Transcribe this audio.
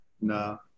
No